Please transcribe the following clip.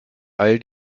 all